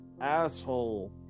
asshole